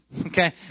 Okay